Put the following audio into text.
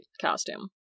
costume